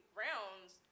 rounds